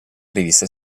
rivista